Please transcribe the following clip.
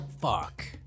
fuck